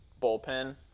bullpen